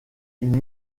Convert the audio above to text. une